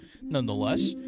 nonetheless